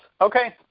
Okay